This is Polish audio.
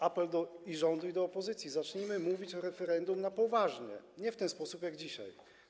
Apel do rządu i do opozycji: zacznijmy mówić o referendum poważnie, nie w ten sposób jak dzisiaj.